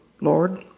Lord